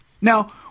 Now